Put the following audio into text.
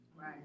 Right